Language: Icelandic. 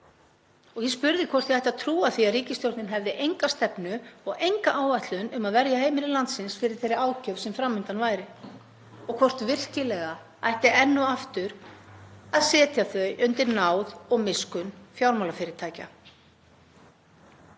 Ég spurði hvort ég ætti að trúa því að ríkisstjórnin hefði enga stefnu og enga áætlun um að verja heimili landsins fyrir þeirri ágjöf sem fram undan væri og hvort virkilega ætti enn og aftur að setja þau undir náð og miskunn fjármálafyrirtækja.